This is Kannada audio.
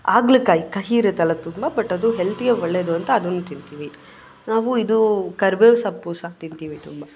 ಹಾಗಲಕಾಯಿ ಕಹಿ ಇರುತ್ತಲ್ಲ ತುಂಬ ಬಟ್ ಅದು ಹೆಲ್ತಿಗೆ ಒಳ್ಳೆಯದು ಅಂತ ಅದನ್ನು ತಿಂತೀವಿ ನಾವು ಇದು ಕರ್ಬೇವು ಸೊಪ್ಪು ಸಹ ತಿಂತೀವಿ ತುಂಬ